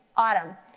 autumn.